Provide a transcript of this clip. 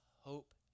hope